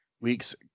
week's